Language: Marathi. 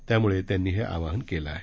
त्यामुळं त्यांनी हे आवाहन केलं आहे